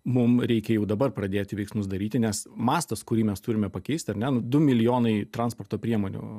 mum reikia jau dabar pradėti veiksmus daryti nes mastas kurį mes turime pakeisti ar ne nu du milijonai transporto priemonių